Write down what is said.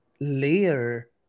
layer